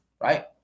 right